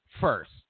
first